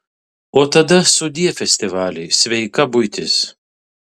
o tada sudie festivaliai sveika buitis